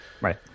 right